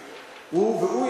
והוא,